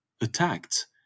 attacked